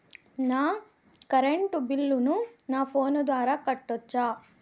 నా కరెంటు బిల్లును నా ఫోను ద్వారా కట్టొచ్చా?